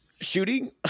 shooting